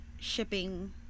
shipping